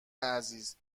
عزیز